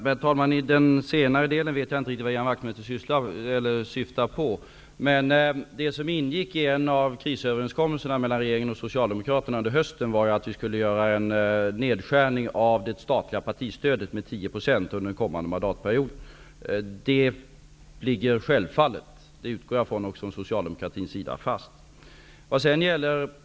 Herr talman! I den senare delen vet jag inte riktigt vad Ian Wachtmeister syftar på. Men det som ingick i en av krisöverenskommelserna mellan regeringen och Socialdemokraterna under hösten var ju att vi skulle göra en nedskärning av det statliga partistödet med 10 % under den kommande mandatperioden. Det ligger självfallet fast. Jag utgår från att det gäller även för den socialdemokratiska sidan.